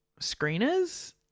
screeners